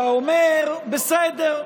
אתה אומר, בסדר,